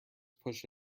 push